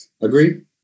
Agree